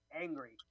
angry